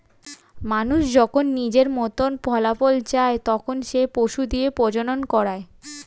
মানুষ যখন নিজের মতন ফলাফল চায়, তখন সে পশু দিয়ে প্রজনন করায়